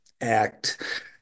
Act